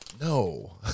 No